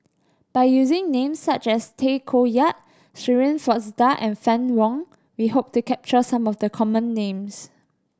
by using names such as Tay Koh Yat Shirin Fozdar and Fann Wong we hope to capture some of the common names